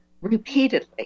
repeatedly